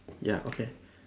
ya okay